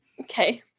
okay